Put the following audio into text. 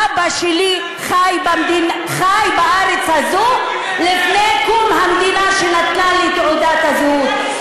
אבא שלי חי בארץ הזו לפני קום המדינה שנתנה לי את תעודת הזהות.